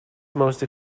most